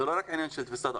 זה לא רק עניין של תפיסת עולם.